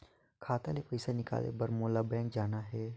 खाता ले पइसा निकाले बर मोला बैंक जाना हे?